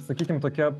sakykim tokia